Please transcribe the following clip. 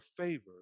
favor